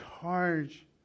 charge